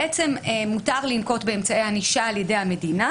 מותר לנקוט באמצעי ענישה על ידי המדינה